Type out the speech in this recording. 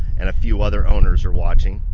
and a few other owners are watching.